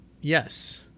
yes